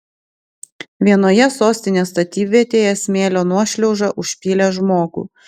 vienoje sostinės statybvietėje smėlio nuošliauža užpylė žmogų